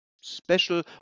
special